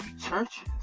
churches